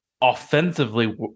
offensively